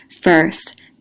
First